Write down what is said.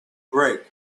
break